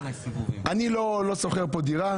אני לא שוכר כאן דירה.